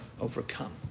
overcome